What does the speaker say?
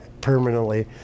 permanently